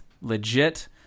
legit